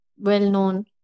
well-known